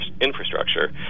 infrastructure